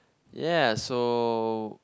yes so